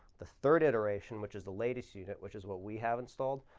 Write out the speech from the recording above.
the third iteration, which is the latest unit, which is what we have installed,